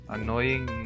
Annoying